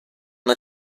una